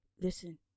Listen